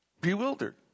bewildered